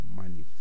money